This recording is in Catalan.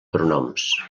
pronoms